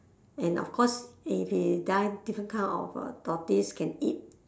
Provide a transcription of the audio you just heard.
and of course if he die different kind of uh tortoise can eat